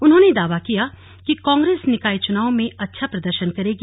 उन्होंने दावा किया कि कांग्रेस निकाय चुनाव में अच्छा प्रदर्शन करेगी